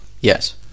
Yes